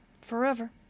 forever